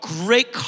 great